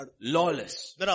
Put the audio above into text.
Lawless